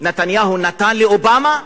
נתניהו נתן לאובמה,